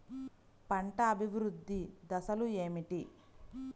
పంట అభివృద్ధి దశలు ఏమిటి?